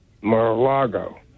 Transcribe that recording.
Mar-a-Lago